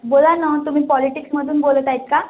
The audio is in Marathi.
बोला ना तुम्ही पॉलिटिक्समधून बोलत आहेत का